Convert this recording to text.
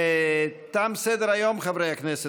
תם סדר-היום, חברי הכנסת.